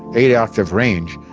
eight octave range.